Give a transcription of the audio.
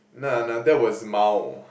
nah nah that was mild